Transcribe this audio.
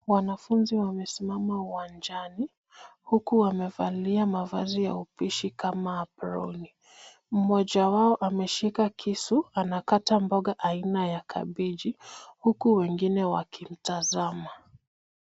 Wanafunzi wamesimama uwanjani huku wamevalia mavazi ya upishi kama aproni. Mmoja wao ameshika kisu anakata mboga aina ya kabiji, huku wengine wakimtazama.